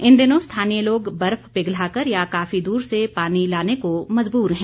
इन दिनों स्थानीय लोग बर्फ पिघलाकर या काफी दूर से पानी लाने का मजबूर हैं